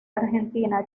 argentina